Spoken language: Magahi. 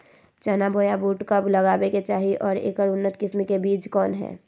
चना बोया बुट कब लगावे के चाही और ऐकर उन्नत किस्म के बिज कौन है?